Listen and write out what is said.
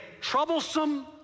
troublesome